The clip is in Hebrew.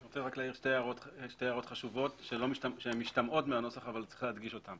אני רוצה להעיר שתי הערות חשובות שמשתמעות מהנוסח אבל צריך להדגיש אותן